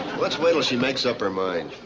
let's wait till she makes up her mind.